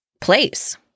place